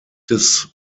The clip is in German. des